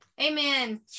Amen